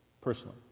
personally